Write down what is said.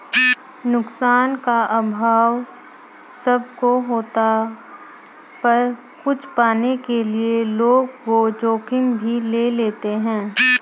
नुकसान का अभाव सब को होता पर कुछ पाने के लिए लोग वो जोखिम भी ले लेते है